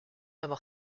avoir